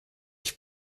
ich